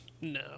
No